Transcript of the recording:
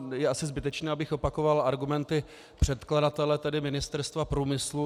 Je asi zbytečné, abych opakoval argumenty předkladatele, tedy Ministerstva průmyslu.